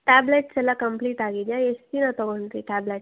tablets ಎಲ್ಲ complete ಆಗಿದೆಯಾ ಎಷ್ಟು ದಿನ ತಗೊಂಡ್ರಿ ಟ್ಯಾಬ್ಲೆಟ್ಸ್